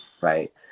right